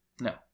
No